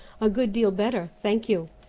a good deal better, thank you,